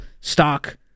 stock